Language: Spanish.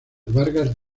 vargas